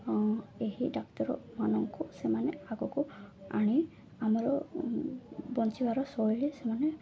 ହଁ ଏହି ଡାକ୍ତରମାନଙ୍କୁ ସେମାନେ ଆଗକୁ ଆଣି ଆମର ବଞ୍ଚିବାର ଶୈଳୀ ସେମାନେ